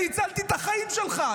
אני הצלתי את החיים שלך.